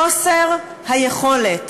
חוסר היכולת